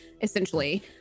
essentially